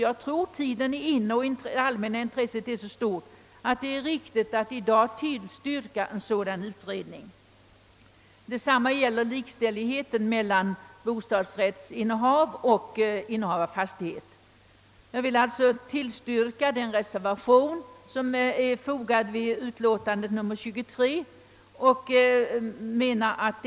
Jag tror att det allmänna intresset i dag är så stort att tiden är inne att tillstyrka en sådan utredning. Detsamma gäller frågan om likställighet mellan bostadsrättsinnehav och innehav av fastighet. Jag vill alltså tillstyrka den reservation som är fogad vid bevillningsutskottets betänkande nr 23.